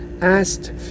asked